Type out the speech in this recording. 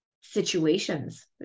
situations